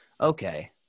okay